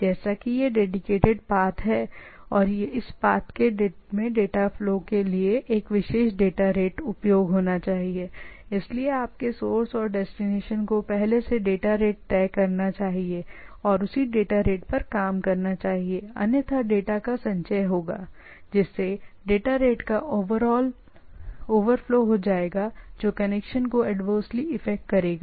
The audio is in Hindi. जैसा कि यह डेडीकेटेड पाथ है और डेटा फ्लो को प्रवाहित करना एक विशेष डेटा रेट में है इसलिए आपके सोर्स और डेस्टिनेशन को यह तय किया जाना चाहिए और उसी डाटा रेट पर काम करना चाहिए अन्यथा सम सभी डेटा का एक्यूमलेशियन होगा डेटा रेट का ओवरफ्लो हो जाएगा जो कनेक्शन को एडवर्सली इफेक्ट करेगा